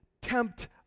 tempt